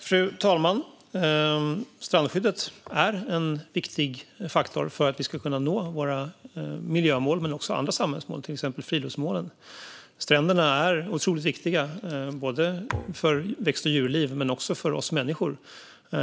Fru talman! Strandskyddet är en viktig faktor för att vi ska kunna nå våra miljömål men också andra samhällsmål, till exempel friluftsmålen. Stränderna är otroligt viktiga både för växt och djurliv och för oss människor.